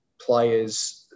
players